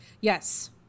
Yes